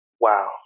Wow